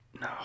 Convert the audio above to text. no